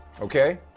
Okay